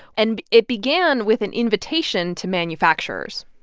and it began with an invitation to manufacturers